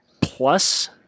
plus